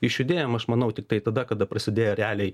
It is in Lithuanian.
išjudėjom aš manau tiktai tada kada prasidėjo realiai